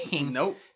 Nope